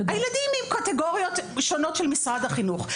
הילדים עם קטגוריות ראשונות של משרד החינוך.